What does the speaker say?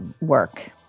work